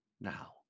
now